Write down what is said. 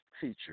feature